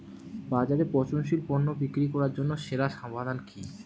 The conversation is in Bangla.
বাজারে পচনশীল পণ্য বিক্রি করার জন্য সেরা সমাধান কি?